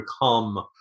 become